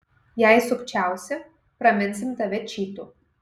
jei sukčiausi praminsim tave čytu